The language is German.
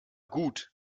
gut